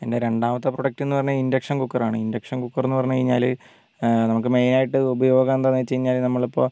എൻ്റെ രണ്ടാമത്തെ പ്രോഡക്റ്റ് എന്ന് പറഞ്ഞാൽ ഇൻഡക്ഷൻ കുക്കറാണ് ഇൻഡക്ഷൻ കുക്കർ എന്ന് പറഞ്ഞു കഴിഞ്ഞാൽ നമുക്ക് മെയിനായിട്ട് ഉപയോഗം എന്താന്ന് വെച്ചാൽ നമ്മൾ ഇപ്പോൾ